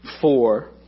four